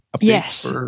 Yes